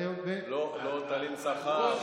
לא תלין שכר,